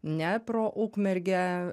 ne pro ukmergę